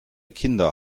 kinder